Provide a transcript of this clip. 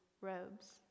robes